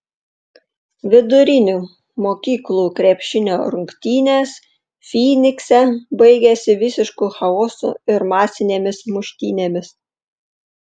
vidurinių mokyklų krepšinio rungtynės fynikse baigėsi visišku chaosu ir masinėmis muštynėmis